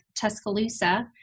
Tuscaloosa